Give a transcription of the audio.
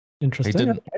interesting